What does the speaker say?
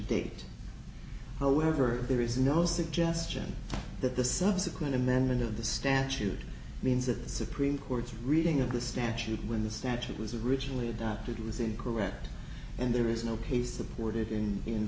date however there is no suggestion that the subsequent amendment of the statute means that the supreme court's reading of the statute when the statute was originally adopted was incorrect and there is no case supported in in